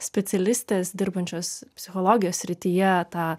specialistės dirbančios psichologijos srityje tą